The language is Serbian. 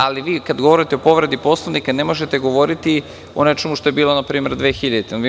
Ali, kada govorite o povredi Poslovnika, ne možete govoriti o nečemu što je bilo npr. 2000. godine.